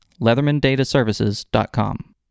LeathermanDataServices.com